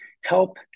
help